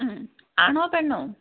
ആണോ പെണ്ണോ